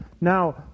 Now